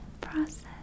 process